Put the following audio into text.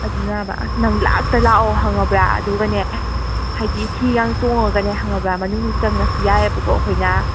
ꯑꯗꯨꯅꯕ ꯑꯁ ꯅꯪ ꯂꯥꯛꯇ ꯂꯥꯛꯑꯣ ꯈꯪꯉꯕ꯭꯭ꯔꯥ ꯑꯗꯨꯒꯅꯦ ꯍꯥꯏꯗꯤ ꯍꯤꯌꯥꯡ ꯇꯣꯡꯉꯒꯅꯦ ꯈꯪꯉꯕ꯭ꯔꯥ ꯃꯅꯨꯡꯗꯨ ꯆꯪꯉꯁꯨ ꯌꯥꯏꯕꯀꯣ ꯑꯩꯈꯣꯏꯅ